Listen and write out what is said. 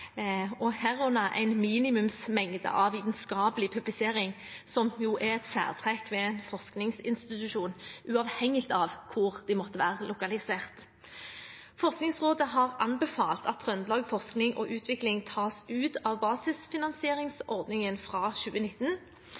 herunder en minimumsmengde av vitenskapelig publisering, som jo er et særtrekk ved en forskningsinstitusjon, uavhengig av hvor den måtte være lokalisert. Forskningsrådet har anbefalt at Trøndelag Forskning og Utvikling tas ut av basisfinansieringsordningen fra 2019,